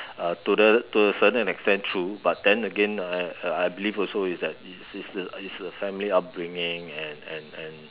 uh to the to a certain extent true but then again uh I believe also is that is that it's the family upbringing and and and